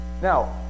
Now